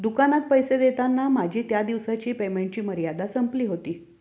दुकानात पैसे देताना माझी त्या दिवसाची पेमेंटची मर्यादा संपली होती